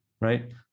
right